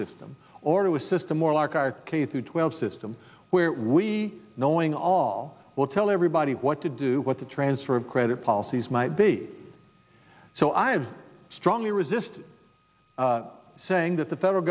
system or to a system or like i k through twelve system where we knowing all will tell everybody what to do what the transfer of credit policies might be so i've strongly resist saying that the federal